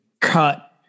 cut